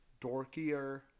dorkier